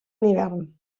hivern